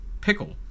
pickle